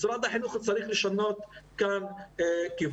משרד החינוך צריך לשנות כאן כיוון.